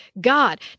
God